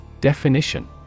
Definition